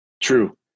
True